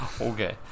Okay